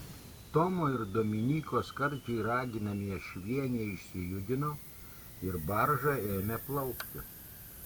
tomo ir dominyko skardžiai raginami ašvieniai išsijudino ir barža ėmė plaukti